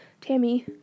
Tammy